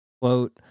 quote